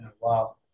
Wow